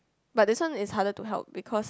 but this one is harder to help because